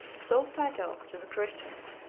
so fatal to the christians,